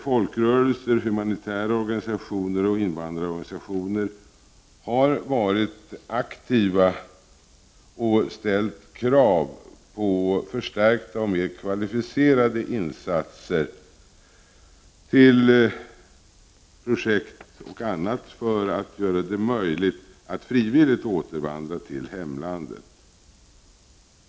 Folkrörelser, humanitära organisationer och invandrarorganisationer har varit aktiva i denna debatt och ställt krav på förstärkta och mer kvalificerade insatser i form av projekt och annat för att möjliggöra för människor att frivilligt återvända till hemlandet.